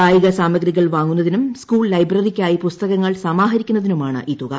കായിക സാമഗ്രികൾ വാങ്ങുന്നതിനും സ്കൂൾ ലൈബ്രറിക്കായി പുസ്തകങ്ങൾ സമാഹരിക്കുന്നതിനുമാണ് ഈ തുക